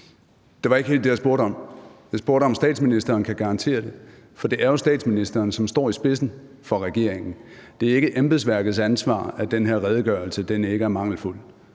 Det var ikke helt det, jeg spurgte om. Jeg spurgte, om statsministeren kan garantere det. For det er jo statsministeren, som står i spidsen for regeringen. Det er ikke embedsværkets ansvar, at den her redegørelse ikke er mangelfuld